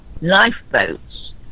lifeboats